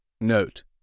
Note